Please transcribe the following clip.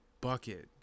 Bucket